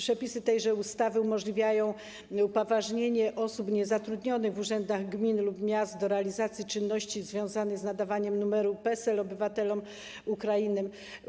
Przepisy tejże ustawy umożliwiają także upoważnianie osób niezatrudnionych w urzędach gmin lub miast do realizacji czynności związanych z nadawaniem numerów PESEL obywatelom Ukrainy.